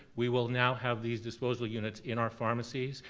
we will now have these disposal units in our pharmacies.